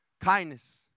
kindness